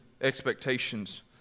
expectations